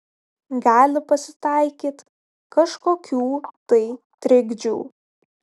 gali pasitaikyt kažkokių tai trikdžių